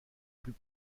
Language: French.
plus